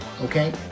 okay